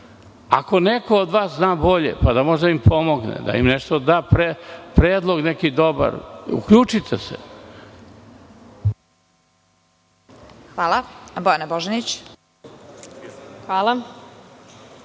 Ako neko od vas zna bolje, pa da može da im pomogne, da im da predlog neki dobar, uključite se. **Vesna Kovač** Hvala.